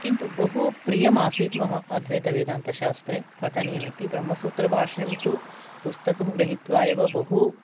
किन्तु बहु प्रियमासीत् मम अद्वैतवेदान्तशास्त्रे पठनीयम् इति ब्रह्मसूत्रभाष्यं तु पुस्तकं गृहीत्वा एव बहु